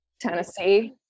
Tennessee